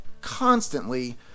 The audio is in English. constantly